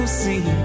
see